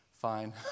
fine